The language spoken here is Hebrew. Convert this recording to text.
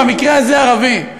במקרה הזה ערבי,